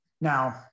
Now